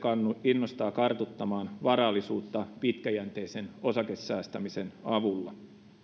innostaa kartuttamaan varallisuutta pitkäjänteisen osakesäästämisen avulla